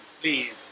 please